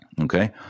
okay